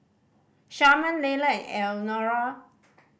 Sharman Leila and Elnora